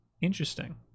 Interesting